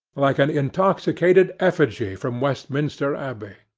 like an intoxicated effigy from westminster abbey.